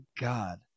god